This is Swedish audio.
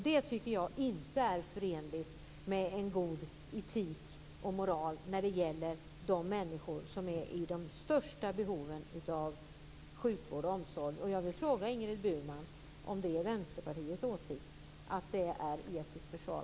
Det är inte förenligt med god etik och moral när det gäller de människor som är i störst behov av sjukvård och omsorg.